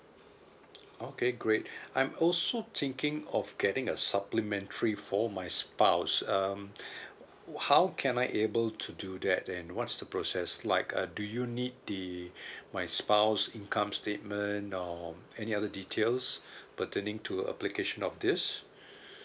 okay great I'm also thinking of getting a supplementary for my spouse um how can I able to do that and what's the process like uh do you need the my spouse income statement or any other details pertaining to application of this